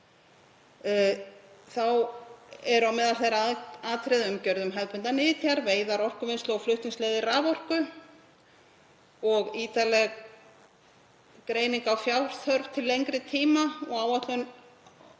fram. Á meðal þeirra atriða eru umgjörð um hefðbundnar nytjar, veiðar, orkuvinnslu og flutningsleiðir raforku og ítarleg greining á fjárþörf til lengri tíma og áætlun